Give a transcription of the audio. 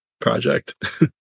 project